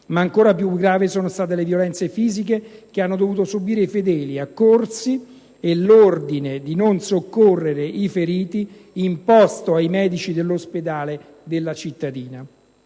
ma ancora più gravi sono state le violenze fisiche che hanno dovuto subire i fedeli accorsi e l'ordine di non soccorrere i feriti imposto ai medici dell'ospedale della cittadina.